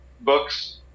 books